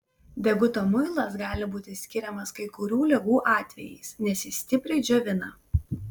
deguto muilas gali būti skiriamas kai kurių ligų atvejais nes jis stipriai džiovina